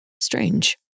Strange